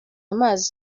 amazi